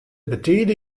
betide